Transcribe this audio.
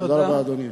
תודה רבה, אדוני.